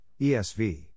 ESV